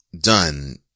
done